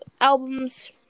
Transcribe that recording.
albums